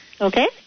Okay